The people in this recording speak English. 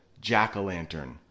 jack-o'-lantern